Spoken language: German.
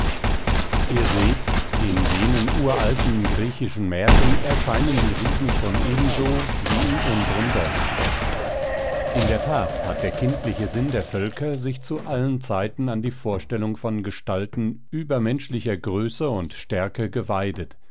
ihr seht in jenen uralten griechischen märchen erscheinen die riesen schon ebenso wie in unseren deutschen in der that hat der kindliche sinn der völker sich zu allen zeiten an der vorstellung von gestalten übermenschlicher größe und stärke geweidet